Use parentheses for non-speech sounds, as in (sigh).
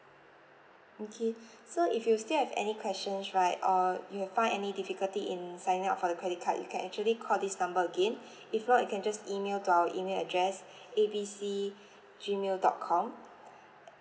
okay (breath) so if you still have any questions right or you have find any difficulty in signing up for the credit card you can actually call this number again (breath) if not you can just email to our email address A B C gmail dot com